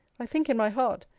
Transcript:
i think in my heart,